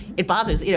it bothers, you know